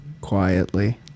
quietly